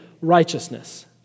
righteousness